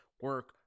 Work